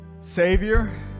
savior